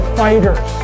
fighters